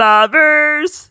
Lovers